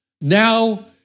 Now